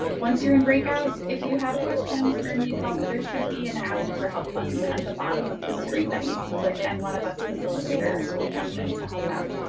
once you're in breakouts, if you have questions or need help, there should be an ask for help button at the bottom of the screen that you can click and one of us facilitators will jump in to help out.